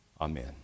Amen